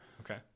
Okay